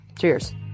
Cheers